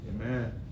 Amen